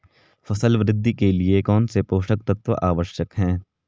फसल वृद्धि के लिए कौनसे पोषक तत्व आवश्यक हैं?